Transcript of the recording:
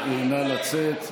נא לצאת.